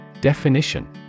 Definition